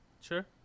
Sure